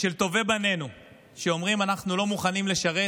של טובי בנינו שאומרים: אנחנו לא מוכנים לשרת